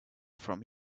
from